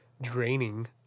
draining